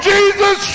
Jesus